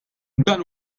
dan